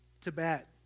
Tibet